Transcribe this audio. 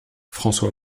françois